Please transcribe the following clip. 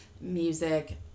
music